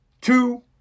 two